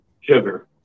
sugar